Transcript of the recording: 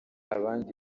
abandi